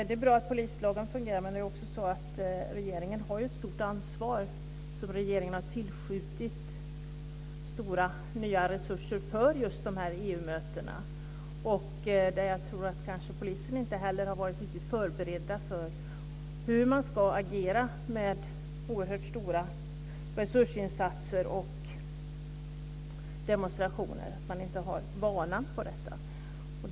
Det är bra att polislagen fungerar, men regeringen har också ett stort ansvar. Regeringen har ju tillskjutit nya, stora resurser för EU-mötena. Polisen har kanske inte heller varit riktigt förberedd på hur man ska agera med oerhört stora resursinsatser vid demonstrationer. Man har ingen vana i det sammanhanget.